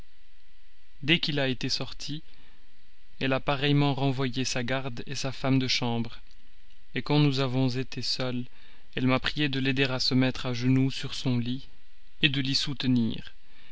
dès qu'il a été sorti elle a pareillement renvoyé sa garde sa femme de chambre quand nous avons été seules elle m'a priée de l'aider à se mettre à genoux sur son lit de l'y soutenir